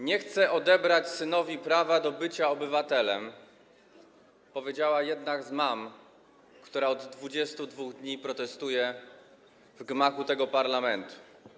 Nie chcę odebrać synowi prawa do bycia obywatelem - powiedziała jedna z mam, które od 22 dni protestują w gmachu tego parlamentu.